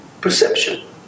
perception